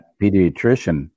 pediatrician